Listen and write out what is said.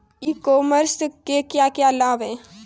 E commerce के क्या क्या लाभ हैं?